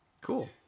Cool